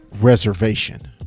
reservation